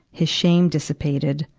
his shame dissipated.